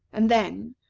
and then,